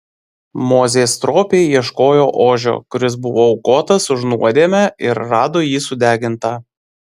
mozė stropiai ieškojo ožio kuris buvo aukotas už nuodėmę ir rado jį sudegintą